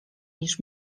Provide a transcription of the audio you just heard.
niż